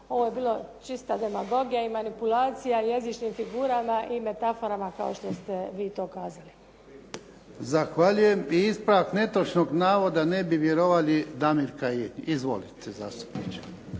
ovo je bila čista demagogija i manipulacija jezičnim figurama i metaforama, kao što ste vi to kazali. **Jarnjak, Ivan (HDZ)** Zahvaljujem. I ispravak netočnog navoda, ne bi vjerovali, Damir Kajin. Izvolite zastupniče.